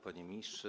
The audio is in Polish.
Panie Ministrze!